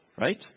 right